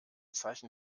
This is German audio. zeichen